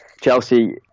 Chelsea